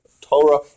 Torah